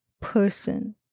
person